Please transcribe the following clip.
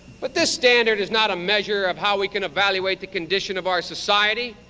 but this standard is not a measure of how we can evaluate the condition of our society.